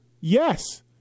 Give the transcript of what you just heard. yes